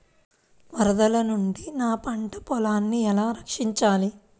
వరదల నుండి నా పంట పొలాలని ఎలా రక్షించాలి?